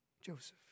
Joseph